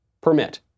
permit